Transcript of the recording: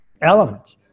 elements